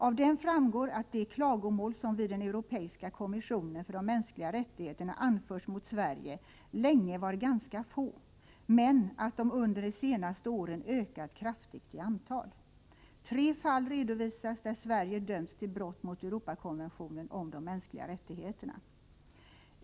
Av den framgår att de klagomål som vid den europeiska kommissionen för de mänskliga rättigheterna anförts mot Sverige länge var ganska få, men att de under de senaste åren ökat kraftigt i antal. Tre fall redovisas, där Sverige dömts för brott mot Europakonventionen om de mänskliga rättigheterna.